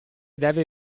deve